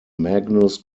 magnus